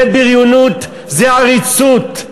זה בריונות, זה עריצות,